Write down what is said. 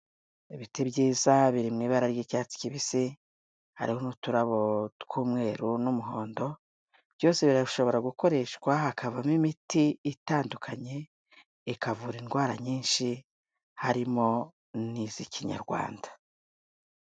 Ibiti byizai biri mu ibara ry'icyatsi kibisi, hariho n'uturabo tw'umweru n'umuhondo, byose birashobora gukoreshwa hakavamo imiti itandukanye, ikavura indwara nyinshi harimo n'iz'Ikinyarwanda.